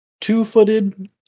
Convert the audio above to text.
two-footed